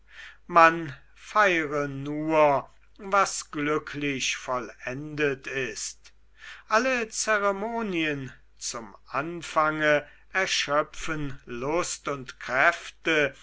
man feire nur was glücklich vollendet ist alle zeremonien zum anfange erschöpfen lust und kräfte